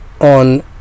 on